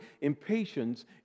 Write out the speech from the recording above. Impatience